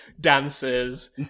dancers